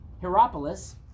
Hierapolis